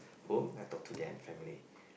home and talk to them family